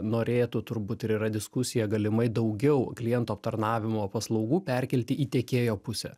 norėtų turbūt ir yra diskusija galimai daugiau klientų aptarnavimo paslaugų perkelti į tiekėjo pusę